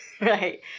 right